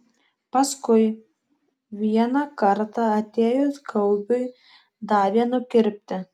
paskui vieną kartą atėjus gaubiui davė nukirpti